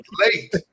late